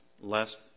last